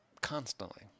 constantly